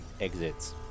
exits